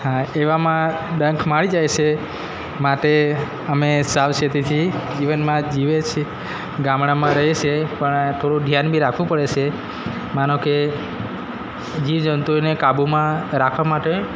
હા એવામાં ડંખ મારી જાય છે માટે અમે સાવચેતી થી જીવનમાં જીવે છે ગામડામાં રહે છે પણ થોડું ધ્યાન બી રાખવું પડે છે માનો કે જીવ જંતુઓને કાબુમાં રાખવા માટે